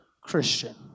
Christian